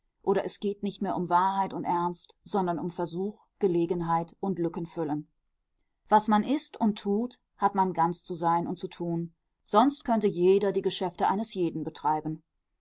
oder es geht nicht mehr um wahrheit und ernst sondern um versuch gelegenheit und lückenfüllen was man ist und tut hat man ganz zu sein und zu tun sonst könnte jeder die geschäfte eines jeden betreiben